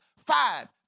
five